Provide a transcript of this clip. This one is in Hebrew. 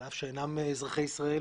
על אף שאינם אזרחי ישראל